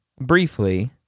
briefly